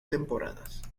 temporadas